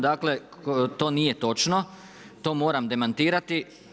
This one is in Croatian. Dakle, to nije točno, to moram demantirati.